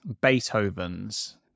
Beethoven's